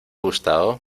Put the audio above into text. gustado